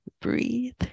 breathe